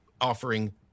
offering